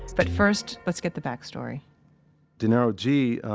but first, let's get the backstory dinero g,